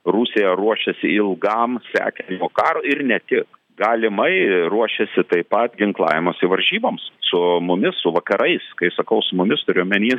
rusija ruošiasi ilgam sekinimo karui ir ne tik galimai ruošiasi taip pat ginklavimosi varžyboms su mumis su vakarais kai sakau su mumis turiu omeny